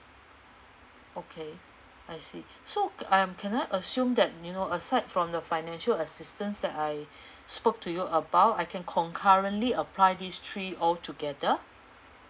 okay I see so I'm can I assume that you know aside from the financial assistance that I spoke to you about I can concurrently apply these three altogether